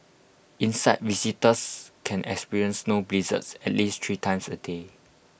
inside visitors can experience snow blizzards at least three times A day